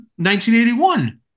1981